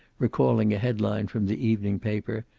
recalling a headline from the evening paper,